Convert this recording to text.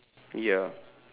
ya